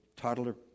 toddler